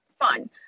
fun